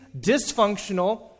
dysfunctional